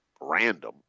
random